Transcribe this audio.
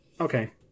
Okay